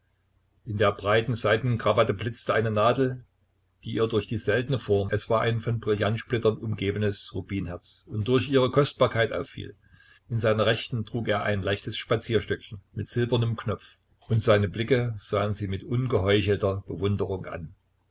in der breiten seidenen krawatte blitzte eine nadel die ihr durch die seltene form es war ein von brillantsplittern umgebenes rubinherz und durch ihre kostbarkeit auffiel in seiner rechten trug er ein leichtes spazierstöckchen mit silbernem knopf und seine blicke sahen sie mit ungeheuchelter bewunderung an